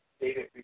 David